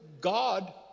God